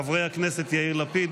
חברי הכנסת יאיר לפיד,